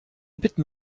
bitten